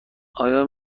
آیا